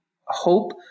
hope